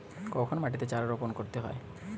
কখন মাটিতে চারা রোপণ করতে হয়?